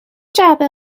جعبه